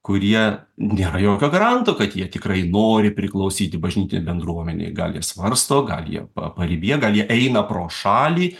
kurie nėra jokio garanto kad jie tikrai nori priklausyti bažnytinei bendruomenei gal jie svarsto gal jie pa paribyje gal jie eina pro šalį